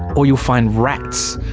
or you'll find rats.